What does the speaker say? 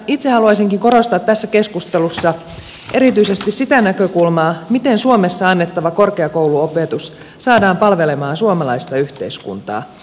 itse haluaisinkin korostaa tässä keskustelussa erityisesti sitä näkökulmaa miten suomessa annettava korkeakouluopetus saadaan palvelemaan suomalaista yhteiskuntaa